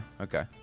Okay